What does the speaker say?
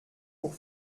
pour